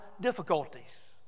difficulties